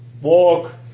Walk